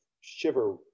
shiver